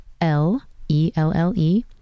L-E-L-L-E